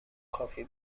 کافی